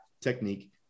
technique